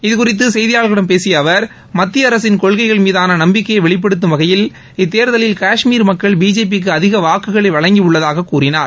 இது குறித்து செய்தியாளர்களிடம் பேசிய அவர் மத்திய அரசின் கொள்கைகள் மீதான நம்பிக்கையை வெளிப்படுத்தும் வகையில் இத்தேர்தலில் னஷ்மீர் மக்கள் பிஜேபிக்கு அதிக வாக்குகளை வழங்கி உள்ளதாக கூறினார்